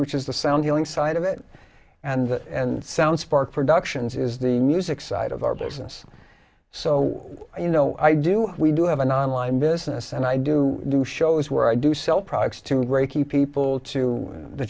which is the sound healing side of it and that and sound spark for duction is the music side of our business so you know i do we do have an online business and i do do shows where i do sell products to reiki people to the